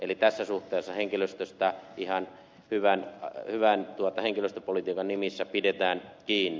eli tässä suhteessa henkilöstöstä ihan hyvän henkilöstöpolitiikan nimissä pidetään kiinni